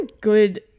good